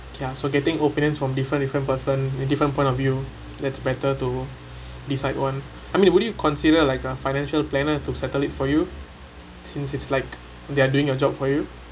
ya so getting opinions from different different person with different point of view that's better to decide one I mean would you consider like a financial planner to settle it for you since it's like they're doing your job for you